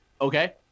Okay